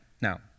now